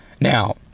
Now